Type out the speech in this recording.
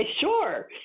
Sure